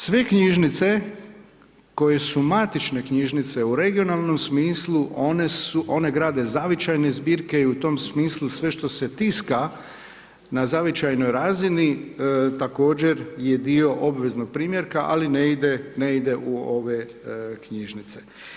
Sve knjižnice koje su matične knjižnice u regionalnom smislu one grade zavičajne zbirke i u tom smislu sve što se tiska na zavičajnoj razini također je dio obveznog primjerka ali ne ide u ove knjižnice.